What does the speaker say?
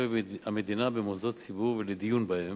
המדינה במוסדות ציבור ולדיון בהם,